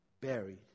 buried